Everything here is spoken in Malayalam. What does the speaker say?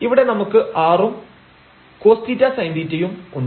ഇവിടെ നമുക്ക് r ഉം cos⁡θsin⁡θ യും ഉണ്ട്